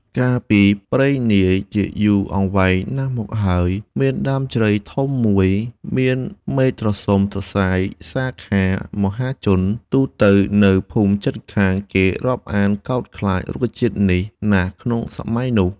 កាលពីព្រេងនាយជាយូរអង្វែងណាស់មកហើយ មានដើមជ្រៃធំមួយមានមែកត្រសុំត្រសាយសាខា មហាជន ទូទៅនៅភូមិជិតខាងគេរាប់អានកោតខ្លាចរុក្ខជាតិនេះណាស់ក្នុងសម័យនោះ។